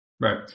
Right